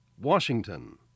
Washington